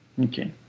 Okay